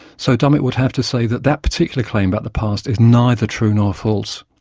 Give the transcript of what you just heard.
so dummett would have to say that that particular claim about the past is neither true nor false,